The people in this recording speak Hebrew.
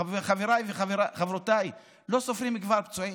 חבריי וחברותיי, לא סופרים כבר פצועים.